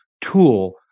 tool